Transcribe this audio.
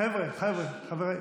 חבר'ה, חברים.